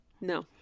No